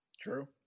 True